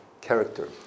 character